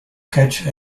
catch